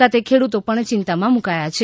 સાથે ખેડૂતો પણ ચિંતામાં મૂકાયા છે